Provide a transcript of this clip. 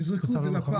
יזרקו את זה לפח.